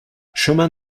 chemin